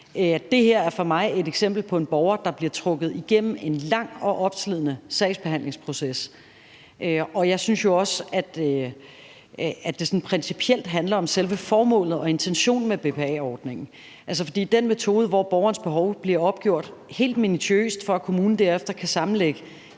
Det her er for mig et eksempel på en borger, der bliver trukket igennem en lang og opslidende sagsbehandlingsproces, og jeg synes jo også, at det sådan principielt handler om selve formålet og intentionen med BPA-ordningen. For den metode, hvor borgerens behov bliver opgjort helt minutiøst fra kommunens side, for at kommunen derefter kan sammenlægge